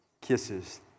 Kisses